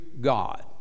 God